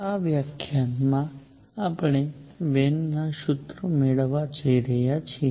આ વ્યાખ્યાનમાં આપણે વેનના સૂત્રો મેળવવા જઈ રહ્યા છીએ